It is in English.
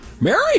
Mary